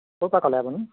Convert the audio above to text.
ক'ৰ পৰা ক'লে আপুনি